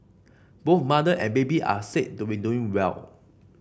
both mother and baby are said to be doing well